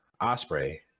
Osprey